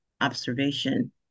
observation